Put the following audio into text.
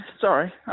sorry